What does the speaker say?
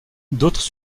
d’autres